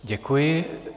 Děkuji.